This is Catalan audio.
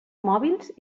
mòbils